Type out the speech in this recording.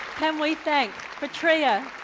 can we thank petrea,